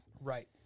Right